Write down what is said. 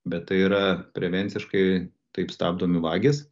bet tai yra prevenciškai taip stabdomi vagys